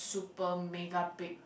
super mega big